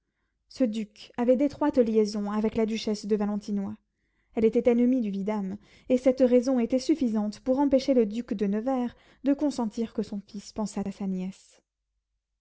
ce duc avait d'étroites liaisons avec la duchesse de valentinois elle était ennemie du vidame et cette raison était suffisante pour empêcher le duc de nevers de consentir que son fils pensât à sa